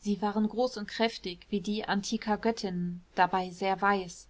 sie waren groß und kräftig wie die antiker göttinnen dabei sehr weiß